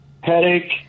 headache